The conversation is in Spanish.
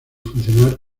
funcionar